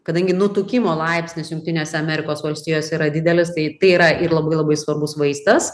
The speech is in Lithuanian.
kadangi nutukimo laipsnis jungtinėse amerikos valstijose yra didelis tai tai yra ir labai labai svarbus vaistas